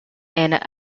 and